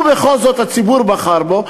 ובכל זאת הציבור בחר בו.